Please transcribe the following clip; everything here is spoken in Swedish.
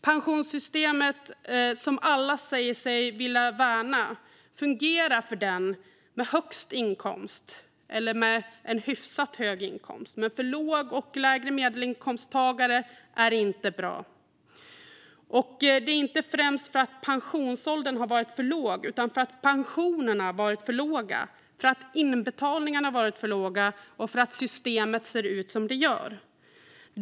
Pensionssystemet, som alla säger sig vilja värna, fungerar för den med högst inkomst eller med en hyfsat hög inkomst, men för låginkomsttagare och lägre medelinkomsttagare är det inte bra. Det är inte främst för att pensionsåldern har varit för låg utan för att pensionerna har varit för låga, för att inbetalningarna har varit för låga och för att systemet ser ut som det gör.